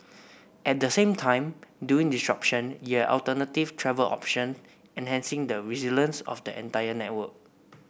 at the same time during disruption you have alternative travel option enhancing the resilience of the entire network